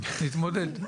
נתמודד.